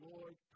Lord